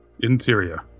Interior